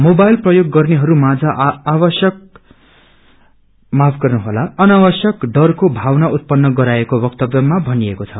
mobile प्रयोग गर्नेहरू माझ अनावश्यक डरको भावना उतपन्न गराइएको वक्तव्यमा भनिएको छ